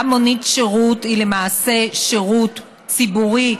גם מונית שירות היא למעשה שירות ציבורי,